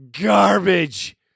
garbage